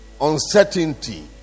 Uncertainty